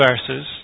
verses